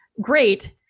great